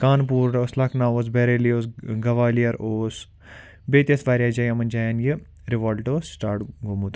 کانپوٗر اوس لَکھنو اوس بریلی اوس گوالیر اوس بیٚیہِ تہِ ٲسۍ واریاہ جایہِ یِمَن جایَن یہِ رِوولٹ اوس سِٹاٹ گوٚمُت